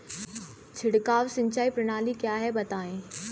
छिड़काव सिंचाई प्रणाली क्या है बताएँ?